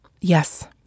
Yes